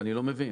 אני לא מבין.